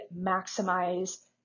maximize